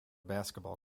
basketball